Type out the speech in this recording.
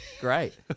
Great